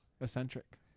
eccentric